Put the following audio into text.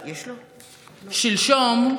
שלשום,